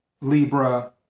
Libra